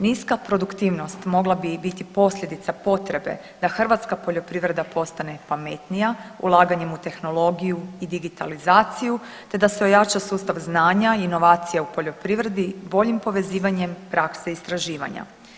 Niska produktivnost mogla bi biti posljedica potrebe da hrvatska poljoprivreda postane pametnija, ulaganjem u tehnologiju i digitalizaciju, te da se ojača sustav znanja, inovacija u poljoprivredi, boljim povezivanjem prakse istraživanja.